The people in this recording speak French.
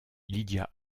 lydia